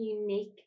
unique